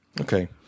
okay